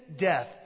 death